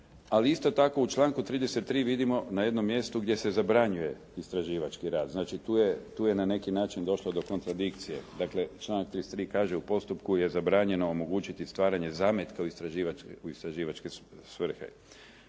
ali isto tako u članku 33. vidimo na jednom mjestu gdje se zabranjuje istraživački rad. Dakle, tu je na neki način došlo do kontradikcije. Dakle, članak 33. kaže: "U postupku je zabranjeno omogućiti stvaranje zametka u istraživačke svrhe.".